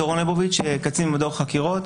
אני קצין במדור חקירות